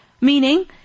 Meaning